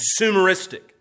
Consumeristic